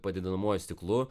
padidinamuoju stiklu